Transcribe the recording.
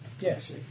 Yes